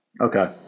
Okay